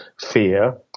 Fear